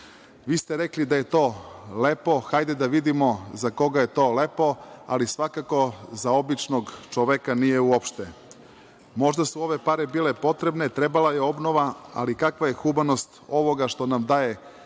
Vi ste rekli da je to lepo. Hajde da vidimo za koga je to lepo, ali svakako za običnog čoveka nije uopšte. Možda su ove pare bile potrebne, trebala je obnova, ali kakva je humanost ovoga što nam daje